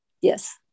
Yes